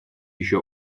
еще